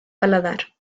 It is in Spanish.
paladar